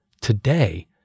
Today